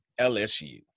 LSU